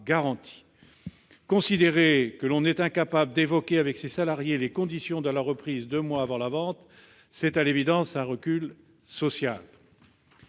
l'entreprise ne saurait évoquer avec ses salariés les conditions de la reprise deux mois avant la vente, c'est à l'évidence un recul social.